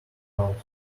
house